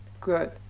Good